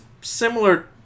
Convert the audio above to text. similar